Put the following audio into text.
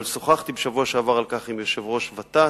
אבל שוחחתי בשבוע שעבר על כך עם יושב ראש ות"ת,